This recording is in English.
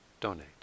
donate